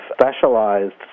specialized